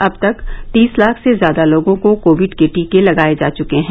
अब तक तीस लाख से ज्यादा लोगो को कोविड के टीके लगाये जा चुके हैं